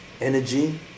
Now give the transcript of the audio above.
Energy